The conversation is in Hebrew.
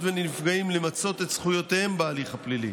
ונפגעים למצות את זכויותיהם בהליך הפלילי